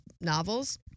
novels